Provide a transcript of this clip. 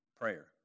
prayer